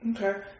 Okay